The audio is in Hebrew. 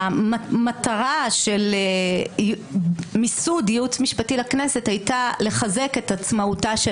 המטרה של מיסוד ייעוץ משפטי לכנסת הייתה לחזק את עצמאותה של